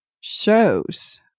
shows